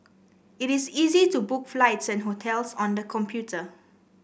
it is easy to book flights and hotels on the computer